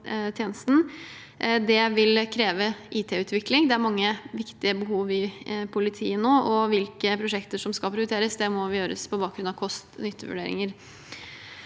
Det vil kreve IT-utvikling. Det er mange viktige behov i politiet nå, og hvilke prosjekter som skal prioriteres, må gjøres på bakgrunn av kost–nytte-vurderinger.